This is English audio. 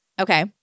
Okay